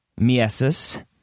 Miesis